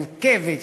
מורכבת,